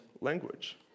language